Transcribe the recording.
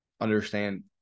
Understand